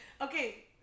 Okay